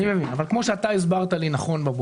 אני מבין אבל כמו שאתה הסברת לי הבוקר,